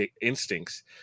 instincts